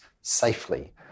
safely